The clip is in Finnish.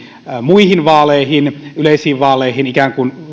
muihin vaaleihin yleisiin vaaleihin ikään kuin